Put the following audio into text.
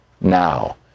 now